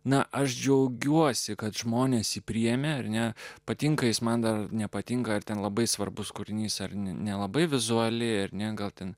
na aš džiaugiuosi kad žmonės priėmė ar ne patinka jis man dar nepatinka ir ten labai svarbus kūrinys ar nelabai vizuali ar ne gal ten